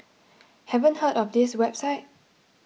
haven't heard of this website